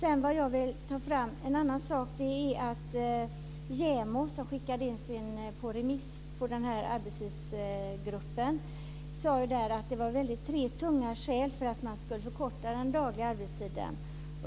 En annan sak som jag vill ta fram är att JämO, som skickade in remissvar på arbetslivsgruppen, sade att det fanns tre tunga skäl för att förkorta den dagliga arbetstiden.